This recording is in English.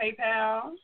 PayPal